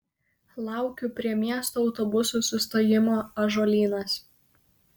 laukiu prie miesto autobusų sustojimo ąžuolynas